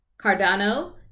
Cardano